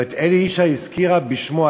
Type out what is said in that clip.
אבל את אלי ישי היא הזכירה בשמו.